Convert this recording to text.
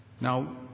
Now